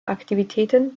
aktivitäten